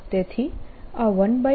તેથી આ 140E02 બને છે